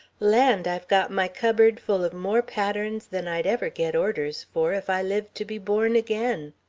land, i've got my cupboard full of more patterns than i'd ever get orders for if i lived to be born again.